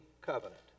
covenant